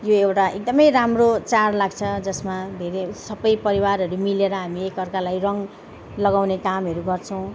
यो एउटा एकदमै राम्रो चाड लाग्छ जसमा धेरै सबै परिवारहरू मिलेर हामी एकाअर्कालाई रङ लगाउने कामहरू गर्छौँ